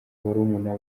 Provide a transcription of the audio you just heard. barumuna